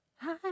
Hi